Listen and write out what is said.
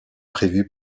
prévu